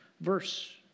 verse